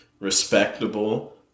respectable